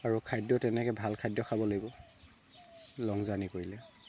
আৰু খাদ্য তেনেকৈ ভাল খাদ্য খাব লাগিব লং জাৰ্ণি কৰিলে